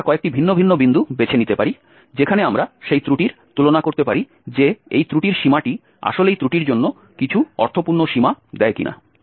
আমরা কয়েকটি ভিন্ন ভিন্ন বিন্দু বেছে নিতে পারি যেখানে আমরা সেই ত্রুটির তুলনা করতে পারি যে এই ত্রুটির সীমাটি আসলেই ত্রুটির জন্য কিছু অর্থপূর্ণ সীমা দেয় কিনা